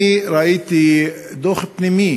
אני ראיתי דוח פנימי